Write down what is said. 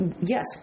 yes